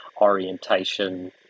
orientation